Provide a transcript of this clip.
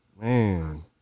Man